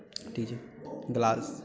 ई जे ग्लास